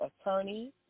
attorney